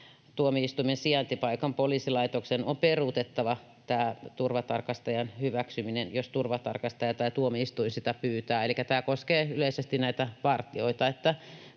tuomioistuimen sijaintipaikan poliisilaitoksen on peruutettava tämä turvatarkastajan hyväksyminen, jos turvatarkastaja tai tuomioistuin sitä pyytää. Elikkä tämä koskee yleisesti näitä vartijoita,